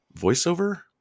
voiceover